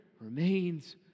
remains